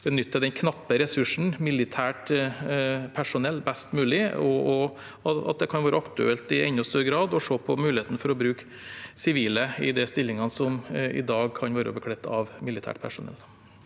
benytter den knappe ressursen militært personell best mulig, og at det kan være aktuelt i enda større grad å se på muligheten for å bruke sivile i de stillingene som i dag kan være bekledd av militært personell.